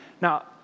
Now